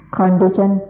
condition